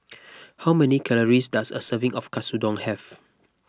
how many calories does a serving of Katsudon have